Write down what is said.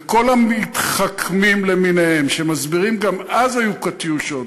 וכל המתחכמים למיניהם שמסבירים: גם אז היו "קטיושות",